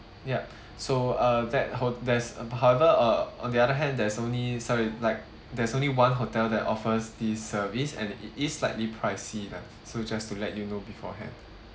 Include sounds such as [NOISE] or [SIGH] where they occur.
yup [BREATH] so uh that ho~ there's a however uh on the other hand there's only sorry like there's only one hotel that offers this service and it is slightly pricey lah so just to let you know beforehand